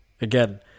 again